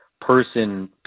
person